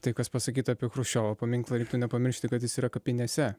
tai kas pasakyta apie chruščiovo paminklą reiktų nepamiršti kad jis yra kapinėse